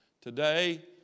today